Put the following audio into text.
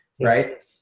right